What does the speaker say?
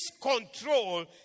control